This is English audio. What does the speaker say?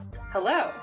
hello